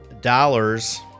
dollars